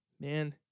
man